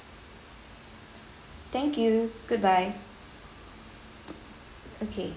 thank you goodbye okay